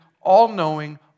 all-knowing